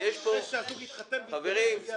חברים,